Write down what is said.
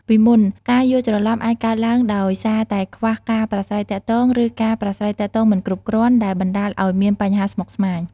ពីមុន ការយល់ច្រឡំអាចកើតឡើងដោយសារតែខ្វះការប្រាស្រ័យទាក់ទង ឬការប្រាស្រ័យទាក់ទងមិនគ្រប់គ្រាន់ ដែលបណ្ដាលឲ្យមានបញ្ហាស្មុគស្មាញ។